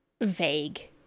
vague